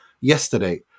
yesterday